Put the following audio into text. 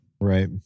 Right